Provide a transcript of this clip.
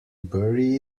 bury